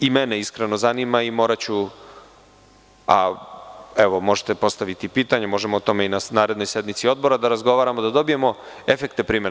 I mene iskreno zanima, i moraću, a možete postaviti pitanje, možemo o tome i na narednoj sednici odbora da razgovaramo da dobijemo efekte primene.